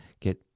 get